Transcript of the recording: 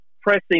pressing